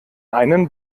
einen